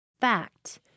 Fact